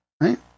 right